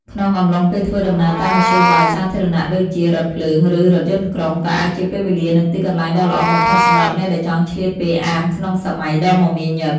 ក្នុងអំឡុងពេលធ្វើដំណើរតាមមធ្យោបាយសាធារណៈដូចជា រថភ្លើង ឬរថយន្តក្រុង ក៏អាចជាពេលវេលានិងទីកន្លែងដ៏ល្អបំផុតសម្រាប់អ្នកដែលចង់ឆ្លៀតពេលអានក្នុងសម័យដ៏មមាញឹក។